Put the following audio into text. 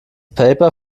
paper